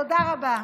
תודה רבה.